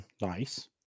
Nice